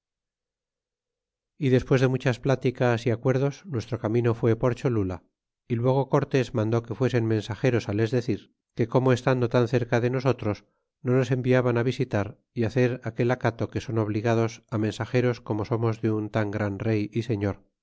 y despues de muchas pláticas y acuerdos nuestro camino fue por cholula y luego cortés mandó que fuesen mensageros fi les decir que como estando tan cerca de nosotros no nos enviaban fi visitar y hacer aquel acato que son obligados fi mensageros como somos de tan gran rey y señor